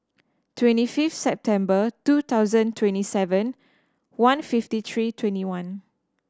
twenty fifth September two thousand twenty seven one fifty three twenty one